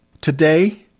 today